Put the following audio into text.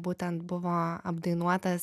būtent buvo apdainuotas